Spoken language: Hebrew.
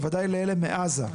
בוודאי לאלה מעזה.